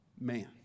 man